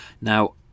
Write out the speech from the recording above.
now